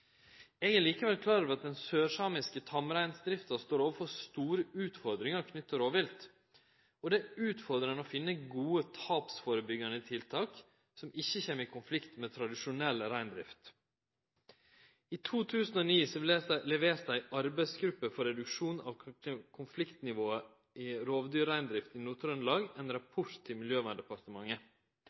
Eg er likevel klar over at den sørsamiske tamreindrifta står overfor store utfordringar knytte til rovvilt, og det er utfordrande å finne gode tapsførebyggjande tiltak som ikkje kjem i konflikt med tradisjonell reindrift. I 2009 leverte ei arbeidsgruppe for reduksjon av konfliktnivået rovdyr–reindrift i Nord-Trøndelag ein rapport til Miljøverndepartementet.